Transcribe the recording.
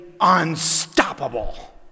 unstoppable